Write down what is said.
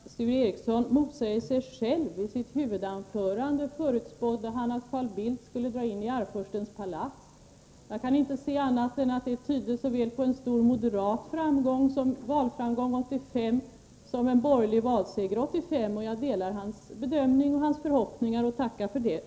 Herr talman! Sture Ericson motsäger sig själv. I sitt huvudanförande förutspådde han att Carl Bildt skulle dra in i Arvfurstens palats. Jag kan inte se annat än att det tyder på såväl en stor moderat valframgång 1985 som en borgerlig valseger 1985. Jag delar hans uppfattning och hans förhoppningar och tackar för dem.